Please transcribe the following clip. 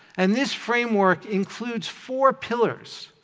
and this framework includes four pillars.